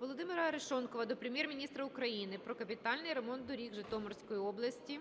Володимира Арешонкова до Прем'єр-міністра України про капітальний ремонт доріг Житомирської області,